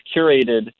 curated